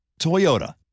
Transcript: Toyota